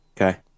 Okay